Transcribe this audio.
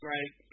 Right